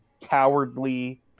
cowardly